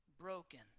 broken